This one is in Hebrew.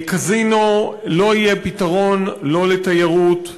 קזינו לא יהיה פתרון לא לתיירות,